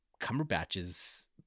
Cumberbatch's